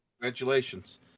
Congratulations